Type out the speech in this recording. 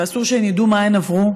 ואסור שידעו מה הן עברו.